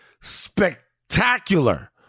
Spectacular